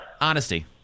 Honesty